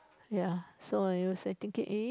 ya so I was like thinking eh